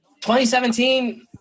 2017